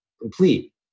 complete